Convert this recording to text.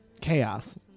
Chaos